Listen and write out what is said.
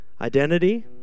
identity